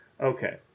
Okay